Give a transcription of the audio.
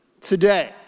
today